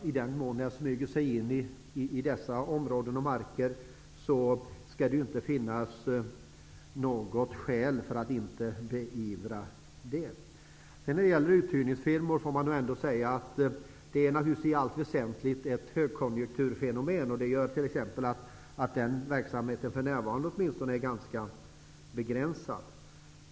I den mån sådana har smugit sig in i dessa områden och marker skall det inte finnas något skäl för att dessa inte skall beivras. När det gäller uthyrningsfirmor får man ändå säga att det naturligtvis i allt väsentligt är ett högkonjunkturfenomen. Det gör t.ex. att den verksamheten för närvarande åtminstone är ganska begränsad.